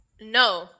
no